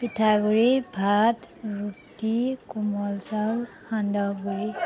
পিঠাগুড়ি ভাত ৰুটি কোমল চাউল সান্দহগুৰি